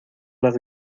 las